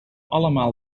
allemaal